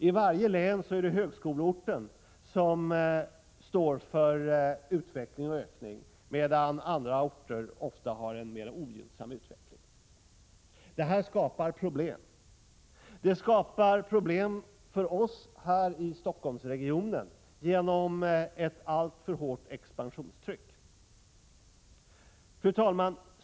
I varje län är det högskoleorten som står för ökningen, medan andra orter ofta har en mer ogynnsam utveckling. Detta skapar problem. Det skapar problem för oss här i Stockholmsregionen genom ett alltför hårt expansionstryck. Fru talman!